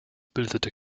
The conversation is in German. bildete